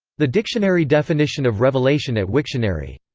the dictionary definition of revelation at wiktionary